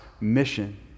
mission